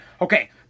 Okay